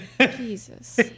Jesus